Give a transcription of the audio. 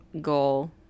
goal